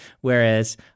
whereas